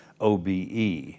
OBE